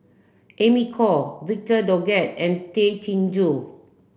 Amy Khor Victor Doggett and Tay Chin Joo